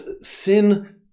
sin